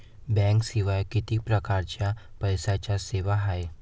बँकेशिवाय किती परकारच्या पैशांच्या सेवा हाय?